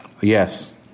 Yes